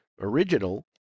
original